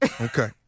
Okay